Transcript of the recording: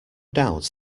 doubt